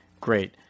great